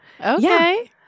Okay